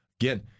again